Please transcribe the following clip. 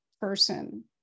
person